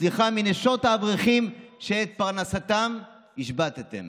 סליחה מנשות האברכים שאת פרנסתן השבתם,